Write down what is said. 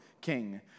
king